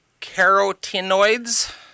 carotenoids